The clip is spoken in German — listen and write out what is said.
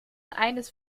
eines